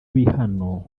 bihano